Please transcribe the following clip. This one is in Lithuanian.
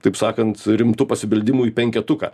taip sakant rimtu pasibeldimu į penketuką